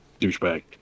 douchebag